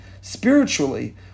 spiritually